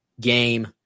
game